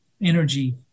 energy